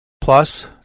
plus